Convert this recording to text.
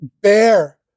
bear